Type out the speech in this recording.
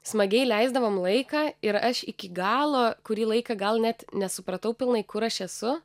smagiai leisdavom laiką ir aš iki galo kurį laiką gal net nesupratau pilnai kur aš esu